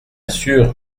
sûr